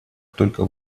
только